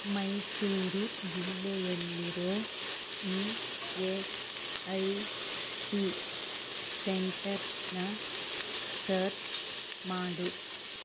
ಮೈಸೂರು ಜಿಲ್ಲೆಯಲ್ಲಿರೋ E S I C ಸೆಂಟರ್ಸ್ನ search ಮಾಡು